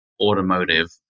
Automotive